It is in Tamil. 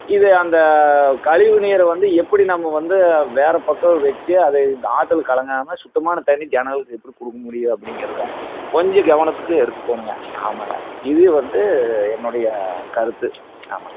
இது அந்த கழிவுநீரை வந்து எப்படி நம்ம வந்து வேறு பக்கம் வச்சு அதை ஆற்றுல கலங்காமல் சுத்தமான தண்ணீர் ஜனங்களுக்கு எப்படி கொடுக்க முடியும் அப்படிங்குறத கொஞ்சம் கவனத்துக்கு எடுத்துகணுங்க ஆமாங்க இது வந்து என்னுடைய கருத்து ஆமாம்